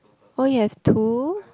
oh you have two